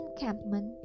encampment